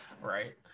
right